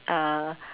uh